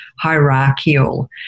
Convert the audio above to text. hierarchical